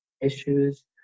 issues